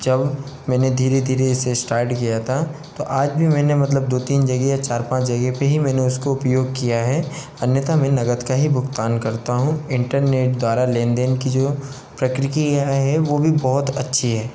जब मैंने धीरे धीरे से स्टार्ट किया था तो आज भी मैंने मतलब दो तीन जगह या चार पाँच जगह पर ही मैंने उसको उपयोग किया है अन्यथा मैं नगद का ही भुगतान करता हूँ इंटरनेट द्वारा लेन देन की जो प्रक्रिया है वह भी बहुत अच्छी है